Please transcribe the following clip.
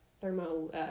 thermo